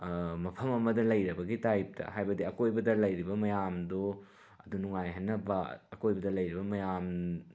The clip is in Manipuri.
ꯃꯐꯝ ꯑꯃꯗ ꯂꯩꯔꯕꯒꯤ ꯇꯥꯏꯞꯇ ꯍꯥꯏꯕꯗꯤ ꯑꯀꯣꯏꯕꯗ ꯂꯩꯔꯤꯕ ꯃꯌꯥꯝꯗꯨ ꯑꯗꯨ ꯅꯨꯡꯉꯥꯏꯍꯟꯅꯕ ꯑꯀꯣꯏꯕꯗ ꯂꯩꯔꯤꯕ ꯃꯌꯥꯝ